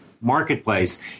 marketplace